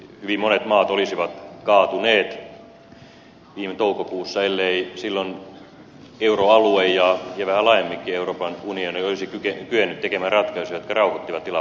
hyvin monet maat olisivat kaatuneet viime toukokuussa ellei silloin euroalue ja vähän laajemminkin euroopan unioni olisi kyennyt tekemään ratkaisuja jotka rauhoittivat tilapäisesti markkinat